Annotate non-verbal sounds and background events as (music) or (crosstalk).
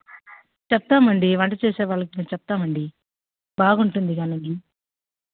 చెప్తాం అండి వంట చేసేవాళ్ళకి మేము చెప్తామండి బాగుంటుంది (unintelligible)